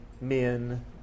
men